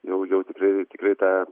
jau jau tikrai tikrai tą